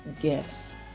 gifts